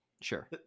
sure